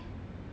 I've